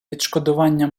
відшкодування